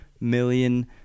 million